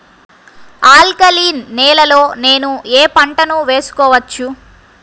Alkaline నేలలో నేనూ ఏ పంటను వేసుకోవచ్చు?